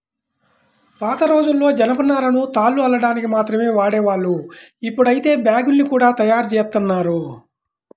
పాతరోజుల్లో జనపనారను తాళ్లు అల్లడానికి మాత్రమే వాడేవాళ్ళు, ఇప్పుడైతే బ్యాగ్గుల్ని గూడా తయ్యారుజేత్తన్నారు